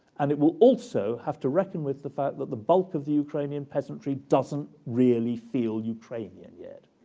and it will also have to reckon with the fact that the bulk of the ukrainian peasantry doesn't really feel ukrainian yet,